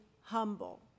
humble